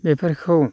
बेफोरखौ